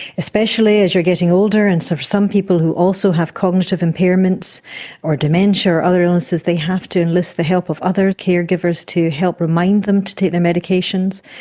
especially as you are getting older, and some some people who also have cognitive impairments or dementia or other illnesses, they have to enlist the help of other caregivers to help remind them to take their medications.